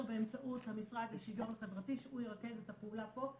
באמצעות המשרד לשוויון חברתי שהוא ירכז את הפעולה פה.